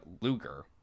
Luger